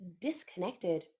disconnected